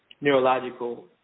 neurological